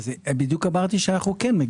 אמרנו שאנו כן מגיעים.